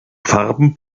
farben